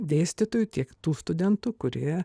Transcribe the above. dėstytojų tiek tų studentų kurie